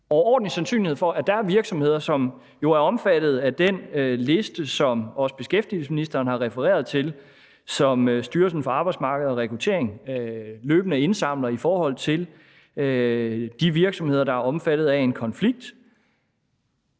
overordentlig sandsynlighed for, at det er virksomheder, som jo er omfattet af den liste, som også beskæftigelsesministeren har refereret til, og som Styrelsen for Arbejdsmarked og Rekruttering løbende indsamler i forhold til de virksomheder, der er omfattet af en konflikt.